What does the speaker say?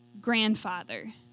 grandfather